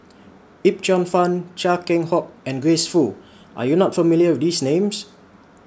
Yip Cheong Fun Chia Keng Hock and Grace Fu Are YOU not familiar with These Names